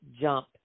jump